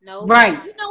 Right